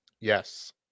yes